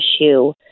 issue